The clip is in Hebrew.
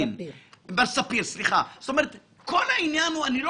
אני לא